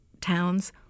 towns